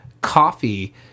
coffee